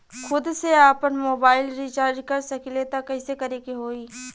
खुद से आपनमोबाइल रीचार्ज कर सकिले त कइसे करे के होई?